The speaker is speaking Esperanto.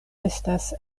estas